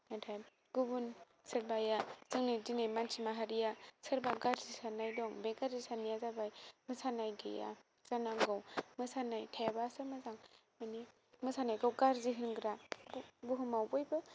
नाथाय गुबुन सोरबाया जोंनि दिनै मानसि माहारिया सोरबा गाज्रि साननाय दं बे गाज्रि साननाया जाबाय मोसानाय गैया जानांगौ मोसानाय थायाबासो मोजां माने मोसानायखौ गाज्रि होनग्रा बुहुमाव बयबो